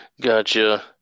Gotcha